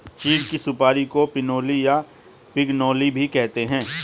चीड़ की सुपारी को पिनोली या पिगनोली भी कहते हैं